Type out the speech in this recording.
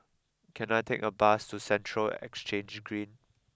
can I take a bus to Central Exchange Green